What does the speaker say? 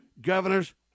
governor's